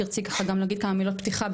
תרצי גם להגיד כמה מילות פתיחה?